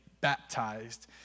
baptized